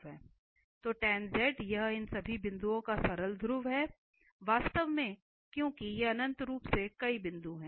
तो tan z यह इन सभी बिंदुओं पर सरल ध्रुव है वास्तव में क्योंकि ये अनंत रूप से कई बिंदु हैं